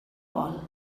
vol